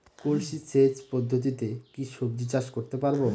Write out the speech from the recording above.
কলসি সেচ পদ্ধতিতে কি সবজি চাষ করতে পারব?